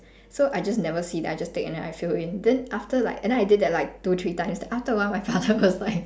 so I just never see then I just take and then I fill in then after like and then I did that like two three times after a while my father was like